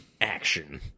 action